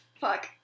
Fuck